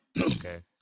Okay